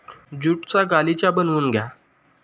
ज्यूटचा गालिचा बनवून घ्या